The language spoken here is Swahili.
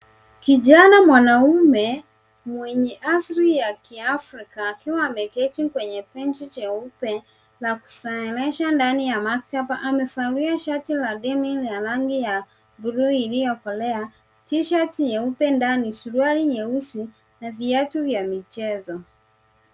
Kijana mwanaume mwenye asili ya kiafrika akiwa ameketi kwenye bench jeupe la kusongesha ndani ya maktaba. Amevalia shati la denim ya rangi ya bluu iliyokolea, T-shirt nyeupe ndani, suruali nyeusi na viatu vya michezo.